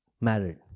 married